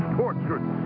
tortured